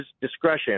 discretion